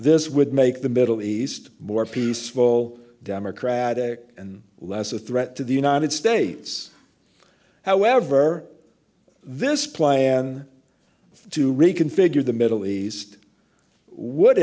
this would make the middle east more peaceful democratic and less a threat to the united states however this plan to reconfigure the middle east would